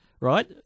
Right